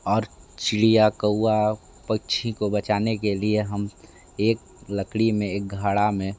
और चिड़िया कौआ पक्षी को बचाने के लिए हम एक लकड़ी में एक घड़े में